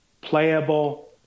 playable